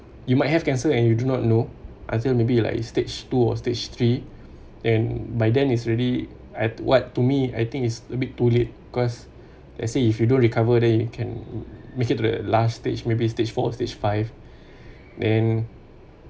you might have cancer and you do not know until maybe like stage two stage three then by then is already I what to me I think is a bit too late because let's say if you don't recover then you can make it to the last stage maybe stage four stage five then